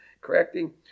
correcting